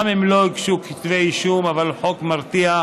גם אם לא הוגשו כתבי אישום, הוא חוק מרתיע.